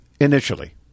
initially